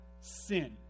sin